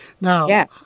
Now